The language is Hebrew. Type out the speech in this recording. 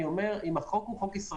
אם החוק הוא חוק ישראלי,